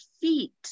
feet